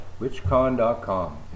WitchCon.com